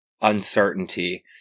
uncertainty